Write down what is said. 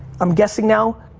i'm guessing now,